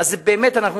תן לו את הזמן שלו.